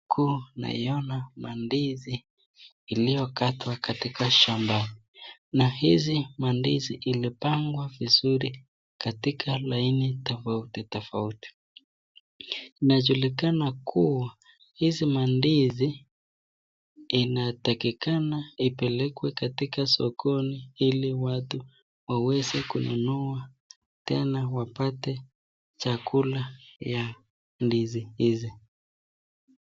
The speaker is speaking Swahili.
Huku naiona mandizi iliyokatwa katika shamba na hizi mandizi ilipangwa vizuri katika laini tofauti tofauti, inajulikana kuwa hizi mandizi inatakikana ipelekwe katika sokoni ili watu waweze kununua tena wapate chakula ya ndizi hizi.